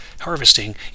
harvesting